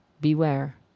beware